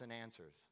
answers